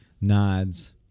nods